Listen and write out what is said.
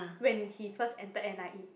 when he first entered n_i_e